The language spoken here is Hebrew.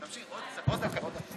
תמשיך עוד קצת, עוד דקה.